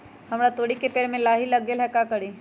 हमरा तोरी के पेड़ में लाही लग गेल है का करी?